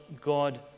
God